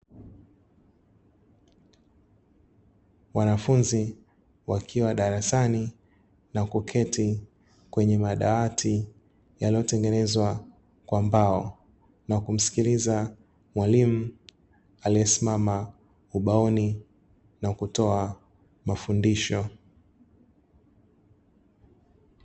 Wanafunzi wakiwa darasani na kuketi kwenye madawati, yaliyotengenezwa kwa mbao na kumskiliza mwalimu aliesimama ubaoni na kutoa mafundisho.